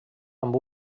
amb